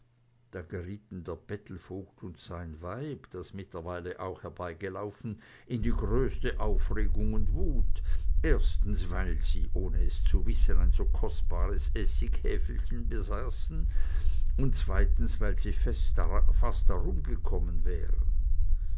da gerieten der bettelvogt und sein weib das mittlerweile auch herbeigelaufen in die größte aufregung und wut erstens weil sie ohne es zu wissen ein so kostbares essighäfelchen besessen und zweitens weil sie fast darumgekommen wären